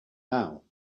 now